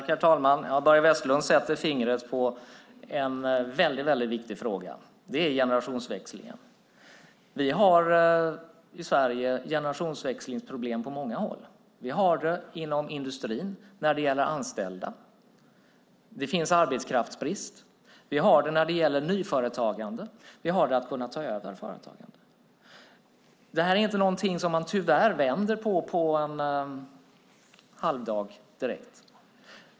Herr talman! Börje Vestlund sätter fingret på en väldigt viktig fråga, generationsväxlingen. Vi har i Sverige generationsväxlingsproblem på många håll. Vi har det inom industrin när det gäller anställda. Det finns arbetskraftsbrist. Vi har det när det gäller nyföretagande, och vi har det när det gäller att ta över företag. Det är tyvärr inte någonting som vänder på en halvdag direkt.